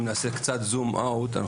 אם נעשה קצת זום אאוט,